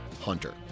Hunter